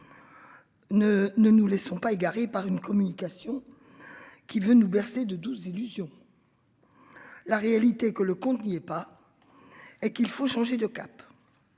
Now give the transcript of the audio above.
ne nous laissons pas égaré par une communication. Qui veut nous bercer de 12 illusion. La réalité que le compte n'y est pas. Et qu'il faut changer de cap.